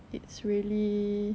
it's really